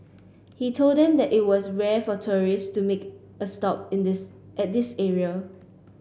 he told them that it was rare for tourists to make a stop in this at this area